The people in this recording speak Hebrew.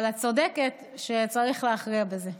אבל את צודקת שצריך להכריע בזה.